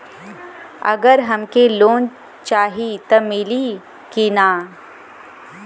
अगर हमके लोन चाही त मिली की ना?